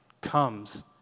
comes